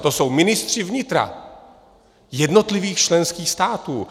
To jsou ministři vnitra jednotlivých členských států.